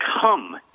come